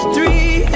Three